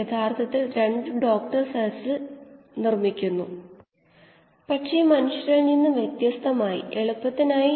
സ്ഥിരമായ ഒരു അവസ്ഥയുടെ നിർവചനം അനുസരിച്ച് ഈ പദം പൂജ്യമാകുന്നു